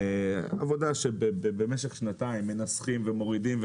עבודה שבמשך שנתיים מנסחים ומורידים,